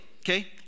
okay